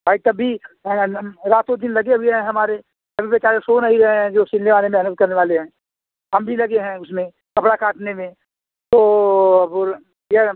भाई तब भी रात दिन लगे हुए हैं हमारे अभी बेचारे सो नहीं रहे हैं जो सिलने वाले मेहनत करने वाले हैं हम भी लगे हैं उसमें कपड़ा काटने में तो बोलें या